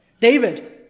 David